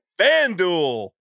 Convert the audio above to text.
FanDuel